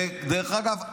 דרך אגב,